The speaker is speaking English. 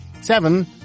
seven